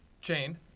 Chain